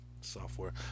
software